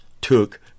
took